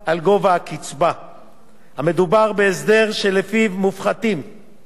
המדובר בהסדר שלפיו מופחתים כ-30% מהקצבה